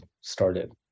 started